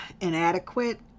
inadequate